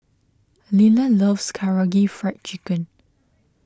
Liller loves Karaage Fried Chicken